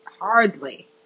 Hardly